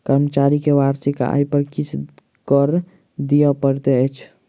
कर्मचारी के वार्षिक आय पर किछ कर दिअ पड़ैत अछि